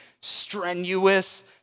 strenuous